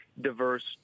diverse